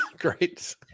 Great